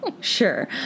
Sure